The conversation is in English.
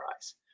eyes